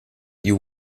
you